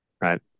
Right